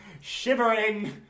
Shivering